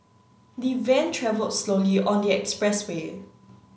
the van travelled slowly on the expressway